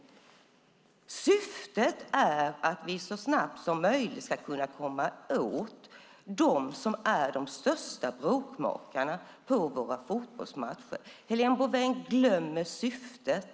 Men syftet är att vi så snabbt som möjligt ska kunna komma åt dem som är de största bråkmåkarna på våra fotbollsmatcher. Helena Bouveng glömmer syftet!